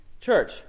Church